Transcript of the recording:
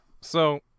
So-